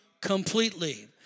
completely